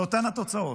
לאותן התוצאות.